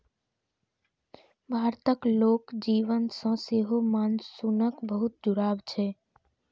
भारतक लोक जीवन सं सेहो मानसूनक बहुत जुड़ाव छै